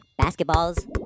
Basketballs